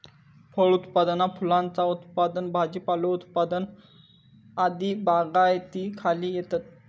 फळ उत्पादना फुलांचा उत्पादन भाजीपालो उत्पादन आदी बागायतीखाली येतत